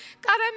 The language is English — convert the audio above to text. God